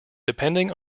depending